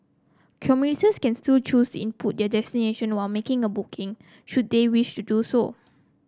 commuters can still choose input their destination while making a booking should they wish to do so